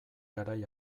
garai